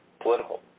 political